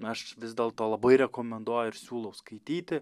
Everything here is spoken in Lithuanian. aš vis dėlto labai rekomenduoju ir siūlau skaityti